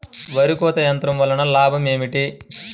వరి కోత యంత్రం వలన లాభం ఏమిటి?